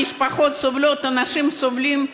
המשפחות סובלות, אנשים סובלים.